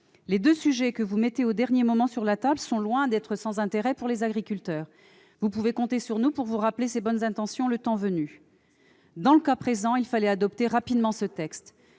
Les deux sujets que vous mettez au dernier moment sur la table sont loin d'être sans intérêt pour les agriculteurs. Vous pouvez compter sur nous pour vous rappeler ces bonnes intentions le temps venu. Dans le cas présent, il fallait adopter rapidement ce texte.